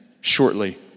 shortly